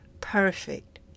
perfect